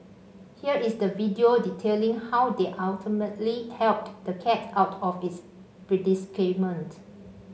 here is the video detailing how they ultimately helped the cat out of its predicament